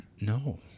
No